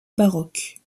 baroque